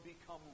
become